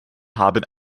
haben